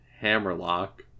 Hammerlock